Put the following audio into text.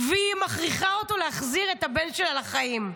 והיא מכריחה אותו להחזיר את הבן שלה לחיים.